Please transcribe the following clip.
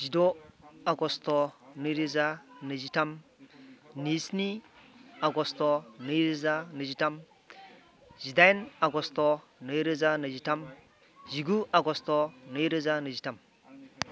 जिद' आगष्ट' नैरोजा नैजिथाम नैजिस्नि आगष्ट' नैरोजा नैजिथाम जिदाइन आगष्ट' नैरोजा नैजिथाम जिगु आगष्ट' नैरोजा नैजिथाम